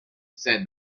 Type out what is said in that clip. said